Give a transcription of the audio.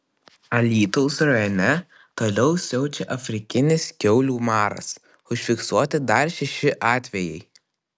alytaus rajone toliau siaučia afrikinis kiaulių maras užfiksuoti dar šeši atvejai